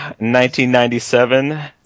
1997